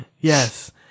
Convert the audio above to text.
Yes